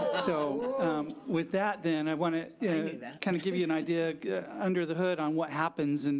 so with that then, i want to kind of give you an idea under the hood on what happens, and